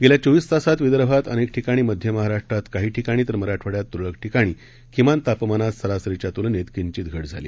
गेल्या चोवीस तासात विदर्भात अनेक ठिकाणी मध्य महाराष्ट्रात काही ठिकाणी तर मराठवाड्यात तुरळक ठिकाणी किमान तापमानात सरासरीच्या तुलनेत किंचित घट झाली